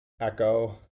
Echo